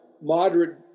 moderate